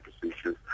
procedures